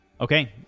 Okay